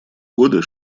годы